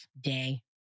day